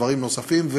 דברים נוספים,